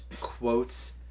quotes